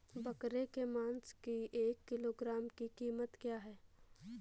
बकरे के मांस की एक किलोग्राम की कीमत क्या है?